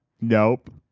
Nope